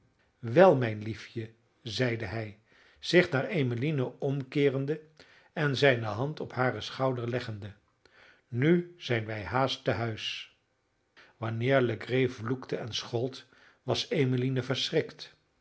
wel mijn liefje zeide hij zich naar emmeline omkeerende en zijne hand op haren schouder leggende nu zijn wij haast tehuis wanneer legree vloekte en schold was emmeline